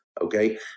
Okay